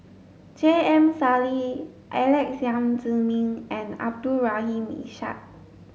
J M Sali Alex Yam Ziming and Abdul Rahim Ishak